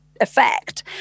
effect